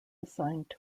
assigned